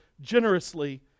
generously